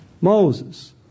Moses